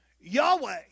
Yahweh